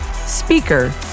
speaker